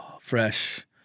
Fresh